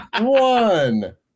one